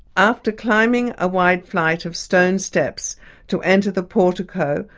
after climbing a wide flight of stone steps to enter the portico,